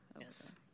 Yes